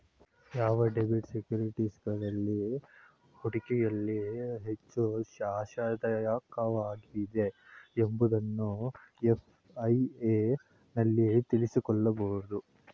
ಯಾವ ಡೆಬಿಟ್ ಸೆಕ್ಯೂರಿಟೀಸ್ಗಳು ಹೂಡಿಕೆಯಲ್ಲಿ ಹೆಚ್ಚು ಆಶಾದಾಯಕವಾಗಿದೆ ಎಂಬುದನ್ನು ಎಫ್.ಐ.ಎ ನಲ್ಲಿ ತಿಳಕೋಬೋದು